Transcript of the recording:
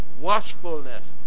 watchfulness